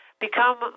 become